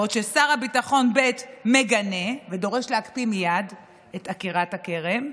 בעוד ששר הביטחון ב' מגנה ודורש להקפיא מייד את עקירת הכרם,